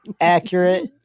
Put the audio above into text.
Accurate